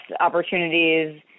opportunities